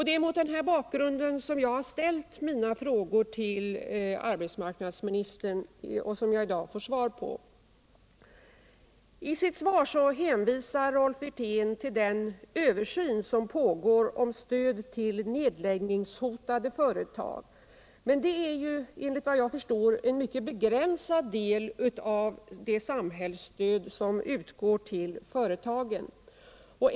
Det är mot den här bakgrunden jag har ställt mina frågor till arbetsmarknadsministern, de frågor jag i dag får svar på. I sitt svar hänvisar Rolf Wirtén till den översyn som pågår om stöd till nedläggningshotade företag. Men det är ju, enligt vad jag förstår, en mycket begränsad del av det samhällsstöd som utgår till företagen.